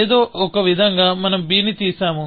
ఏదో ఒకవిధంగా మనం b ని తీసాము